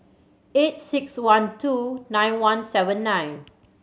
eight six one two nine one seven nine